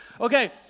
Okay